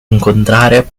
incontrare